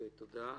תודה.